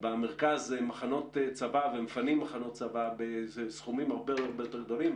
פינו כאן במרכז מחנות צבא ומפנים מחנות צבא בסכומים הרבה יותר גדולים.